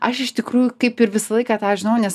aš iš tikrųjų kaip ir visą laiką tą žinojau nes